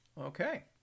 Okay